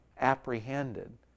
apprehended